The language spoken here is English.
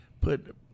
put